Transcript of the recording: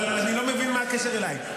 אבל אני לא מבין מה הקשר אליי.